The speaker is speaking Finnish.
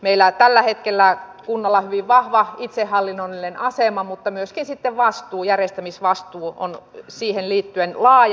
meillä tällä hetkellä kunnalla on hyvin vahva itsehallinnollinen asema mutta myöskin sitten järjestämisvastuu on siihen liittyen laaja